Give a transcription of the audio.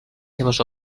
seves